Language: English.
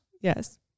Yes